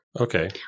Okay